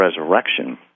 resurrection